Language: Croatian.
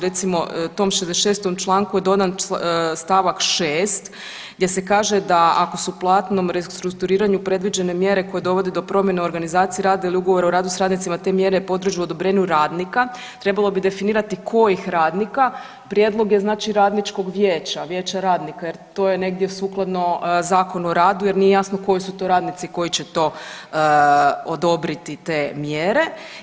Recimo tom 66. članku je dodan stavak 6. gdje se kaže da su platnom restrukturiranju predviđene mjere koje dovode do promjene organizacije rada ili ugovora u radu s radnicima te mjere poliježu odobrenju radnika trebalo bi definirati kojih radnika, prijedlog je znači radničkog vijeća, vijeća radnika jer to je negdje sukladno Zakonu o radu jer nije jasno koji su to radnici koji će to odobriti te mjere.